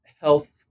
health